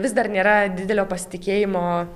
vis dar nėra didelio pasitikėjimo